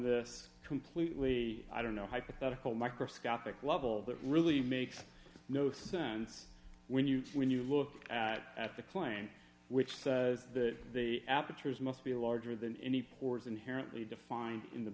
this completely i don't know hypothetical microscopic level that really makes no sense when you when you look at the claim which says that the aperture is must be larger than any pores inherently defined in the